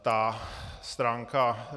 Ta stránka